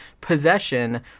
Possession